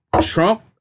Trump